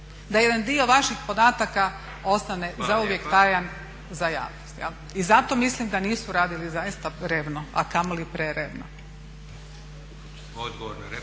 da jedan dio vaših podataka ostane zauvijek tajan za javnost i zato mislim da nisu radili zaista revno, a kamoli prerevno.